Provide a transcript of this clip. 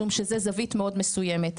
משום שזו זווית מאוד מסוימת.